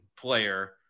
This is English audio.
player